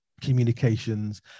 communications